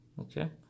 Okay